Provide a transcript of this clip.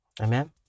Amen